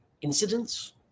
incidents